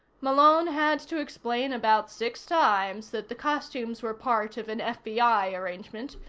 malone had to explain about six times that the costumes were part of an fbi arrangement,